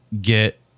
get